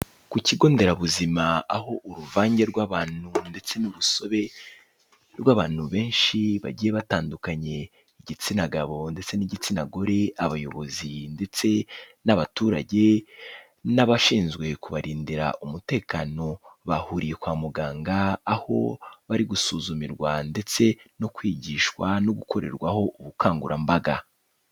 Ku kigo Nderabuzima aho uruvange rw'abantu ndetse n'urusobe rw'abantu benshi bagiye batandukanye. Igitsina gabo ndetse n'igitsina gore, Abayobozi ndetse n'abaturage n'abashinzwe kubarindira umutekano bahuriye kwa muganga, aho bari gusuzumirwa ndetse no kwigishwa no gukorerwaho ubukangurambaga.